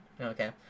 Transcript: Okay